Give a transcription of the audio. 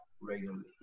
regularly